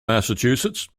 massachusetts